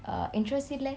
err interest இல்ல:ille